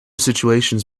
situations